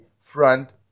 Front